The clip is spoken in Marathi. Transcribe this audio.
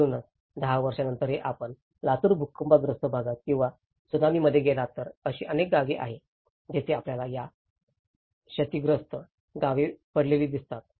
म्हणूनच 10 वर्षांनंतरही आपण लातूर भूकंपग्रस्त भागात किंवा त्सुनामीमध्ये गेलात तर अशी अनेक गावे आहेत जिथे आपल्याला या क्षतिग्रस्त गावे पडलेली दिसतात